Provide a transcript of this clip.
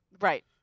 Right